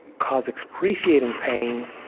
cause excruciating pain,